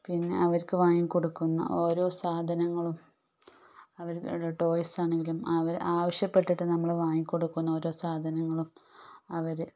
പിന്നെ അവർക്ക് വാങ്ങി കൊടുക്കുന്ന ഓരോ സാധനങ്ങളും അവരുടെ ടോയ്സാണെങ്കിലും അവർ ആവശ്യപ്പെട്ടിട്ട് നമ്മൾ വാങ്ങി കൊടുക്കുന്ന ഒരോ സാധനങ്ങളും അവർ